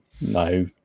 no